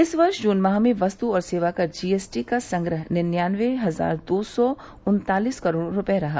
इस वर्ष जून माह में वस्तु और सेवा कर जीएसटी का संग्रह निन्यानबे हजार नौ सौ उन्तालीस करोड़ रुपये रहा